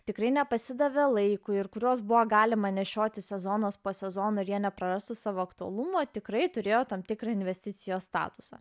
tikrai nepasidavė laikui ir kurios buvo galima nešioti sezonas po sezono ir jie nepraras savo aktualumo tikrai turėjo tam tikrą investicijos statusą